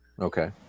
Okay